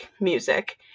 music